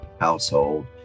household